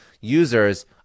users